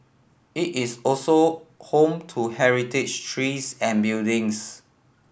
it is also home to heritage trees and buildings